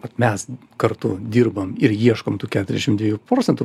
vat mes kartu dirbam ir ieškom tų keturiasdešim dviejų procentų